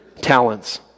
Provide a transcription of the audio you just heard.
talents